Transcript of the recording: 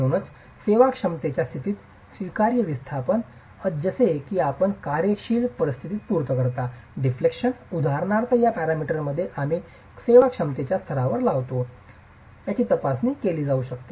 म्हणूनच सेवाक्षमतेच्या स्थितीत स्वीकार्य विस्थापन जसे की आपण कार्यशील परिस्थितीची पूर्तता करता डिफेक्शन्स उदाहरणार्थ या पॅरामीटरमध्ये आम्ही सेवाक्षमतेच्या स्तरावर करतो याची तपासणी केली जाऊ शकते